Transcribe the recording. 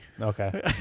Okay